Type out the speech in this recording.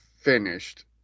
finished